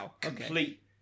complete